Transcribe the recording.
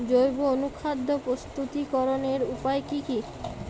জৈব অনুখাদ্য প্রস্তুতিকরনের উপায় কী কী?